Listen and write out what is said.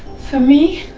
for me?